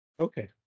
Okay